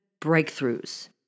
breakthroughs